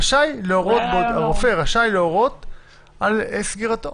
הרופא רשאי להורות על סגירתו.